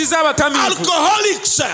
alcoholics